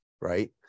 right